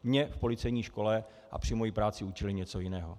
Mě v policejní škole a při mojí práci učili něco jiného.